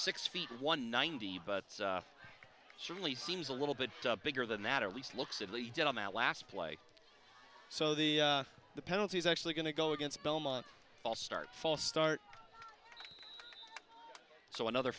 six feet one ninety but certainly seems a little bit bigger than that at least looks at least on that last play so the the penalty is actually going to go against belmont all start fall start so another